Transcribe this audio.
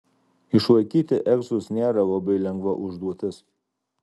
išlaikyti egzus nėra labai lengva užduotis